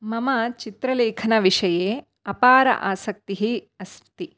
मम चित्रलेखनविषये अपार आसक्तिः अस्ति